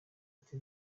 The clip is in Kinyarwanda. ati